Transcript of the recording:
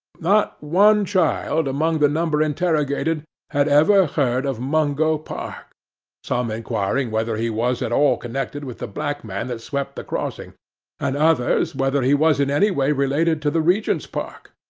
not one child among the number interrogated had ever heard of mungo park some inquiring whether he was at all connected with the black man that swept the crossing and others whether he was in any way related to the regent's park.